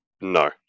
no